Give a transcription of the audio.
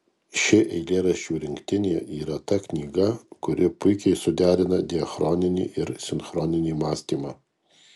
ši eilėraščių rinktinė yra ta knyga kuri puikiai suderina diachroninį ir sinchroninį mąstymą